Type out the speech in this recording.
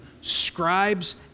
scribes